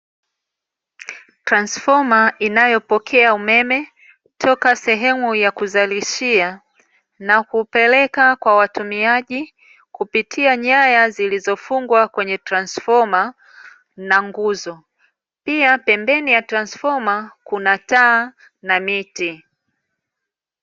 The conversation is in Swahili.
Transfoma inayopokea umeme toka sehemu ya kuzalishia na kupeleka kwa watumiaji, kupitia nyaya zilizofungwa kwenye transfoma na nguzo. Pia pembeni ya transfoma kuna taa na miti.